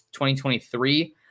2023